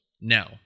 No